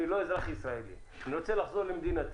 אם אני לא אזרח ישראלי ואני רוצה לחזור למדינה שלי?